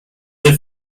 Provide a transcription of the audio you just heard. the